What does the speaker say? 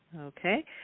Okay